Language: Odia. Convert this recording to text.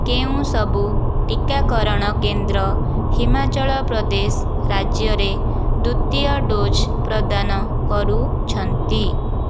କେଉଁସବୁ ଟିକାକରଣ କେନ୍ଦ୍ର ହିମାଚଳ ପ୍ରଦେଶ ରାଜ୍ୟରେ ଦ୍ୱିତୀୟ ଡୋଜ୍ ପ୍ରଦାନ କରୁଛନ୍ତି